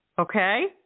Okay